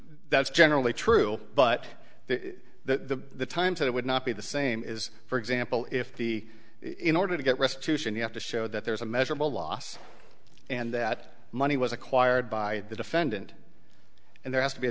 that's generally true but the times that it would not be the same is for example if the in order to get restitution you have to show that there is a measurable loss and that money was acquired by the defendant and there has to be a